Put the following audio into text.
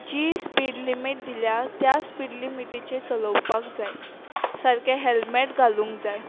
जी speed limit दिल्या त्या स्पीड लिमिटीचे चलोवपाक जाय सारकें हॅलमॅट घालूंक जाय